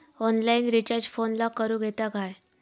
Online recharge फोनला करूक येता काय?